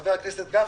חבר הכנסת גפני,